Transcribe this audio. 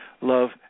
Love